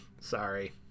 Sorry